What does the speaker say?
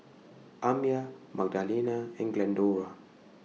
Amya Magdalena and Glendora